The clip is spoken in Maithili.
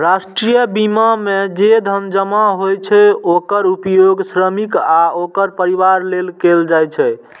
राष्ट्रीय बीमा मे जे धन जमा होइ छै, ओकर उपयोग श्रमिक आ ओकर परिवार लेल कैल जाइ छै